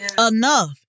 enough